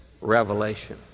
revelation